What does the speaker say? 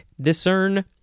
discern